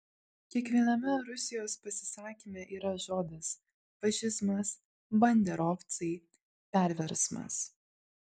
kiekviename rusijos pasisakyme yra žodis fašizmas banderovcai perversmas